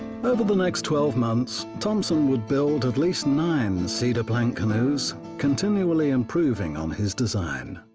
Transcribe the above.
over the next twelve months, thompson would build at least nine cedar plank canoes, continually improving on his design.